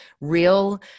real